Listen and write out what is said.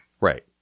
Right